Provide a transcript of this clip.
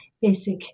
basic